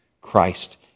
Christ